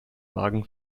wagen